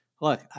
look